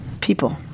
people